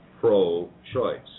pro-choice